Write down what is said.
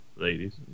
Ladies